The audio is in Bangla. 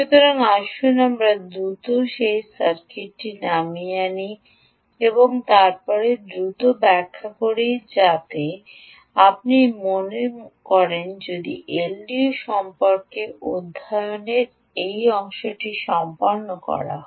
সুতরাং আসুন আমরা দ্রুত সেই সার্কিটটি নামিয়ে আনি এবং তারপরে দ্রুত ব্যাখ্যা করি যাতে আপনি যদি মনে করেন যে এলডিও সম্পর্কে অধ্যয়নের সেই অংশটিও সম্পন্ন হয়েছে